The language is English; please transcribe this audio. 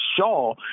shaw